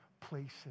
places